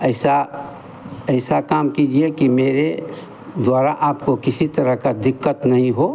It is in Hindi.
ऐसा ऐसा काम कीजिए कि मेरे द्वारा आपको किसी तरह की दिक्कत नहीं हो